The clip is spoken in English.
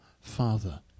Father